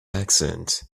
accent